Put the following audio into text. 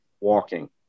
Walking